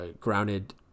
grounded